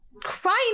crying